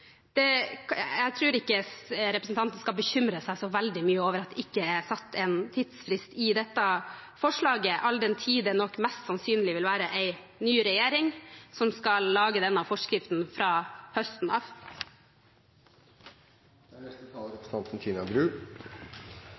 Jeg tror ikke representanten skal bekymre seg så veldig mye over at det ikke er satt en tidsfrist i dette forslaget – all den tid det mest sannsynlig vil være en ny regjering fra høsten av som skal lage denne forskriften.